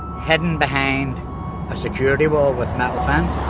hidden behind a security wall with metal fence.